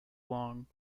long